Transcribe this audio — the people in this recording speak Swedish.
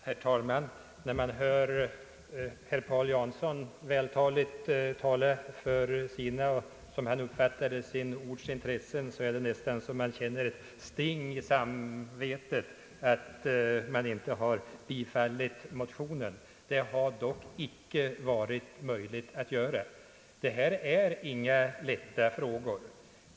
Herr talman! När man hör herr Paul Jansson vältaligt företräda, som han uppfattar det, sin valkrets intressen, känner man nästan ett sting i samvetet över att utskottet inte har tillstyrkt motionerna. Så har dock inte varit möjligt att göra. Det här är ingen lätt fråga.